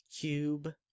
Cube